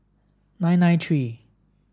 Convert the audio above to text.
nine nine three